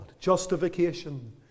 justification